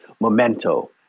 Memento